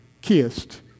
kissed